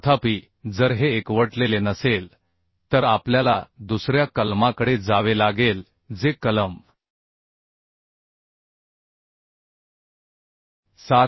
तथापि जर हे एकवटलेले नसेल तर आपल्याला दुसऱ्या कलमाकडे जावे लागेल जे कलम 7